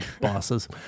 bosses